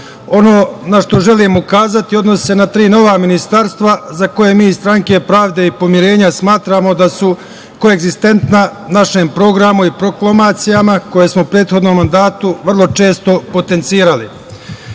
na šta želim ukazati odnosi se na tri nova ministarstva za koje mi iz Stranke pravde i poverenja smatramo da su ko egzistentna našem programu i proklamacijama koje smo u prethodnom mandatu vrlo često potencirali. Ministarstvo